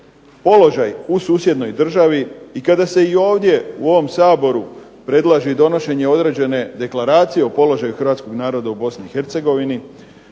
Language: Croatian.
položaj u susjednoj državi i kada se i ovdje u ovom Saboru predlaže i donošenje određene deklaracije o položaju hrvatskog naroda u Bosni